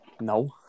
no